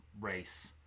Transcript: race